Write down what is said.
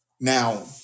now